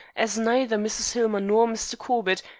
as neither mrs. hillmer nor mr. corbett,